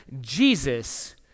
Jesus